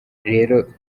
rero